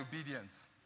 obedience